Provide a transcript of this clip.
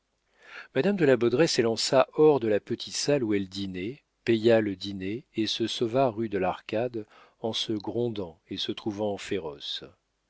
madame de la baudraye s'élança hors de la petite salle où elle dînait paya le dîner et se sauva rue de l'arcade en se grondant et se trouvant féroce